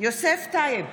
יוסף טייב,